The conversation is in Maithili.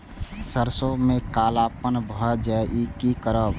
सरसों में कालापन भाय जाय इ कि करब?